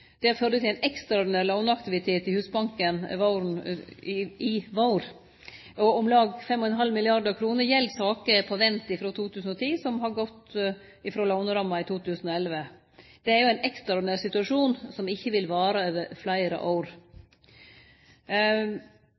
Det førde til ein ekstraordinær låneaktivitet i Husbanken i vår, og om lag 5,5 mrd. kr gjeld saker på vent frå 2010, som har gått frå låneramma i 2011. Det er jo ein ekstraordinær situasjon, som ikkje vil vare over fleire år.